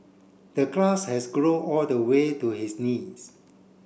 the grass has grown all the way to his knees